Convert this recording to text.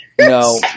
No